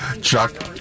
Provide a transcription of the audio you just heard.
Chuck